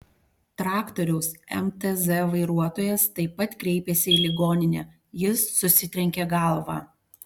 traktoriaus mtz vairuotojas taip pat kreipėsi į ligoninę jis susitrenkė galvą